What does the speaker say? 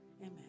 Amen